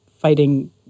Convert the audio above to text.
fighting